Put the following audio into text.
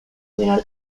menor